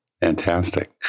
Fantastic